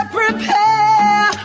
prepare